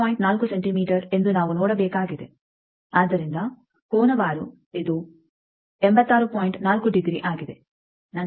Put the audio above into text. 4 centimetre ಎಂದು ನಾವು ನೋಡಬೇಕಾಗಿದೆ ಆದ್ದರಿಂದ ಕೋನವಾರು ಇದು 86